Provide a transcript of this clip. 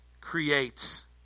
creates